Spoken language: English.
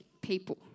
people